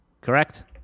Correct